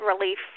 relief